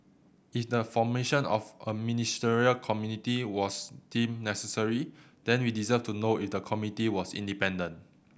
if the formation of a Ministerial Committee was deemed necessary then we deserve to know if the committee was independent